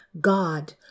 God